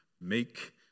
make